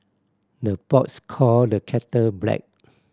the pots call the kettle black